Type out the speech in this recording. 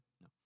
No